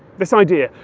this idea,